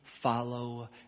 follow